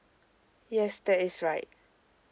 yes that is right